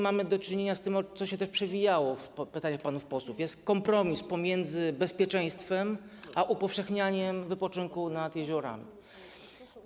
Mamy do czynienia z tym, co przewijało się w pytaniach panów posłów - jest kompromis pomiędzy bezpieczeństwem a upowszechnianiem wypoczynku nad jeziorami.